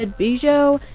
ah bijou,